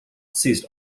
ceased